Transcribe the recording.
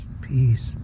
peace